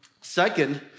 Second